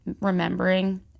remembering